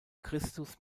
christus